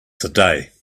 today